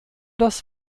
das